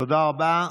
תודה רבה.